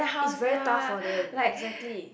is very tough for them exactly